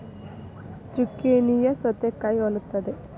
ಜುಕೇನಿಯೂ ಸೌತೆಕಾಯಿನಾ ಹೊಲುತ್ತದೆ